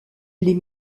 les